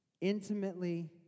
Intimately